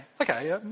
okay